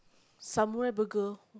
samurai burger